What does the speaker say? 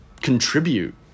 contribute